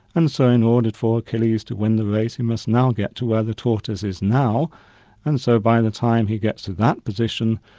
and so in order for achilles to win the race, he must now get to where the tortoise is now and so by the time he gets to that position,